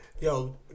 Yo